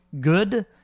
good